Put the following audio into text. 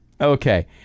Okay